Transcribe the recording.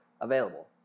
available